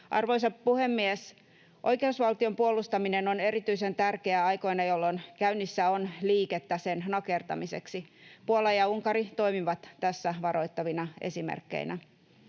Arvoisa puhemies! Oikeusvaltion puolustaminen on erityisen tärkeää aikoina, jolloin käynnissä on liikettä sen nakertamiseksi. Puola ja Unkari toimivat tässä varoittavina esimerkkeinä.